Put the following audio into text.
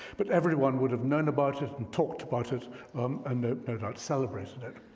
but everyone would've known about it and talked about it and no doubt celebrated it.